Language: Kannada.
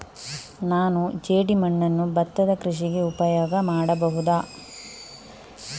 ನಾನು ಜೇಡಿಮಣ್ಣನ್ನು ಭತ್ತದ ಕೃಷಿಗೆ ಉಪಯೋಗ ಮಾಡಬಹುದಾ?